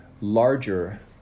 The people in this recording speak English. larger